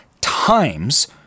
times